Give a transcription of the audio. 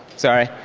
sorry.